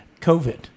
COVID